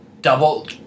Double